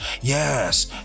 Yes